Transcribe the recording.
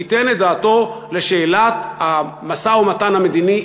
ייתן את דעתו על שאלת המשא-ומתן המדיני,